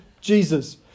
Jesus